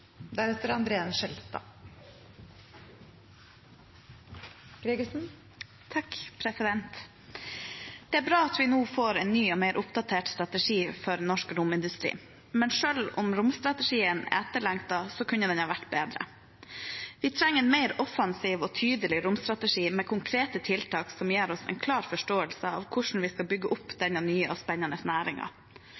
bra at vi nå får en ny og mer oppdatert strategi for norsk romindustri. Men selv om romstrategien er etterlengtet, kunne den ha vært bedre. Vi trenger en mer offensiv og tydelig romstrategi med konkrete tiltak som gir oss en klar forståelse av hvordan vi skal bygge opp